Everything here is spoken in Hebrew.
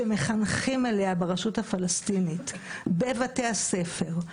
שמחנכים אליה ברשות הפלסטינית בבתי הספר,